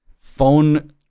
phone